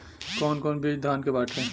कौन कौन बिज धान के बाटे?